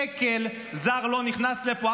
שקל זר לא נכנס לפה,